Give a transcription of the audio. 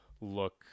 look